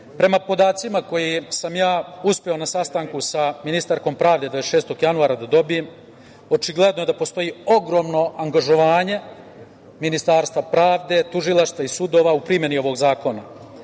podacima koje sam uspeo na sastanku sa ministarkom pravde 26. januara da dobijem očigledno da postoji ogromno angažovanje Ministarstva pravde, tužilaštva i sudova u primeni ovog zakona.